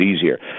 easier